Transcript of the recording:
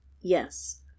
Yes